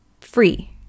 free